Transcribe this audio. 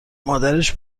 مادرش